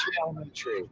elementary